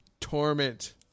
torment